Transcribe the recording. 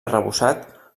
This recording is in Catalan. arrebossat